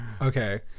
Okay